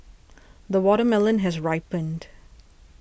the watermelon has ripened